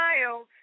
Ohio